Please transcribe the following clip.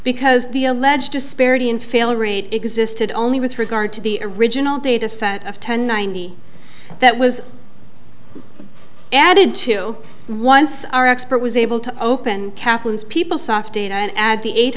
because the alleged disparity and fail rate existed only with regard to the original data sent of ten ninety that was added to once our expert was able to open kathleen's people soft data and add the eight